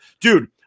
Dude